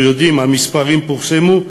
אנחנו יודעים המספרים פורסמו,